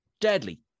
Deadly